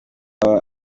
turi